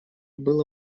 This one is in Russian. было